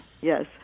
yes